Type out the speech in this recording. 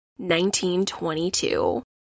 1922